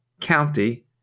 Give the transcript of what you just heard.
county